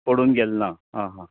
पडून गेल ना आं हां हय